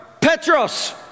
Petros